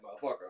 motherfucker